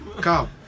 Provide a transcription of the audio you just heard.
Calm